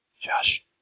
Josh